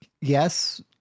yes